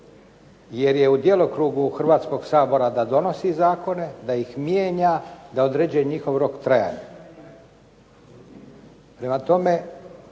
jer je u djelokrugu Hrvatskog sabora da donosi zakone, da ih mijenja, da određuje njihov rok trajanja. Prema tome,